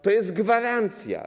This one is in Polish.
To jest gwarancja.